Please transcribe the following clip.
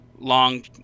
long